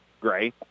Gray